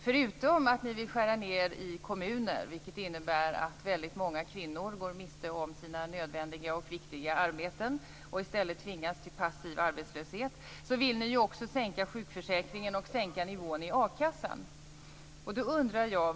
Förutom att ni vill skära ned i kommuner, vilket innebär att väldigt många kvinnor går miste om sina nödvändiga och viktiga arbeten och i stället tvingas till passiv arbetslöshet, vill ni också sänka sjukförsäkringen och sänka nivån i a-kassan.